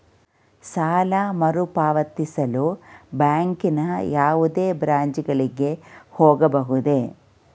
ಸಾಲ ಮರುಪಾವತಿಸಲು ಬ್ಯಾಂಕಿನ ಯಾವುದೇ ಬ್ರಾಂಚ್ ಗಳಿಗೆ ಹೋಗಬಹುದೇ?